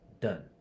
done